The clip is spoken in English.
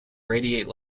radiate